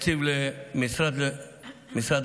תקציב לשירותי משרד הרווחה.